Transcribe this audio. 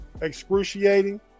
excruciating